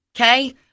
okay